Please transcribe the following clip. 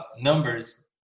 numbers